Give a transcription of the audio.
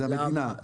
זה המדינה.